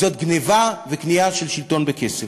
זאת גנבה וזאת קנייה של שלטון בכסף.